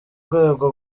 rwego